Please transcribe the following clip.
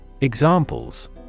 Examples